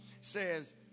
says